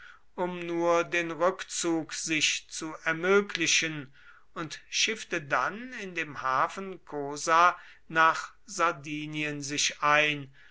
um nur den rückzug sich zu ermöglichen und schiffte dann in dem hafen cosa nach sardinien sich ein